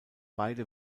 beide